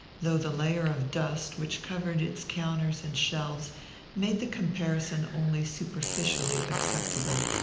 though the layer of dust which covered its counter and shelves made the comparison only superficially acceptable.